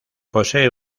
posee